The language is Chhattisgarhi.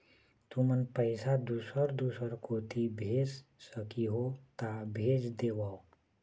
तुमन पैसा दूसर दूसर कोती भेज सखीहो ता भेज देवव?